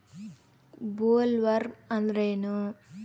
Bollworm ಅಂದ್ರೇನು?